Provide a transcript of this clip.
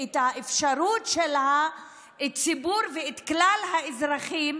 את האפשרות של הציבור וכלל האזרחים,